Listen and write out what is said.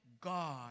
God